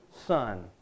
Son